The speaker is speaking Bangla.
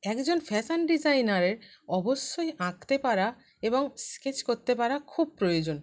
একজন ফ্যাশন ডিজাইনারের অবশ্যই আঁকতে পারা এবং স্কেচ করতে পারা খুব প্রয়োজন